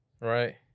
Right